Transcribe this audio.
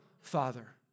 Father